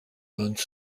moons